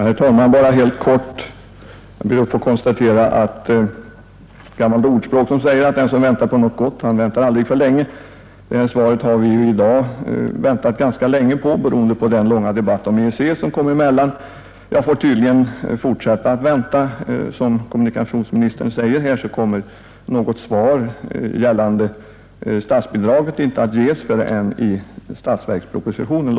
Herr talman! Jag vill bara helt kort erinra om ett gammalt ordspråk som säger att den som väntar på något gott väntar aldrig för länge. Det här svaret har vi ju i dag väntat ganska länge på beroende på den långa debatt om EEC som kommit emellan. Jag får tydligen fortsätta att vänta. Som kommunikationsministern säger här, kommer något svar gällande statsbidraget inte att ges förrän i statsverkspropositionen.